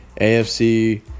AFC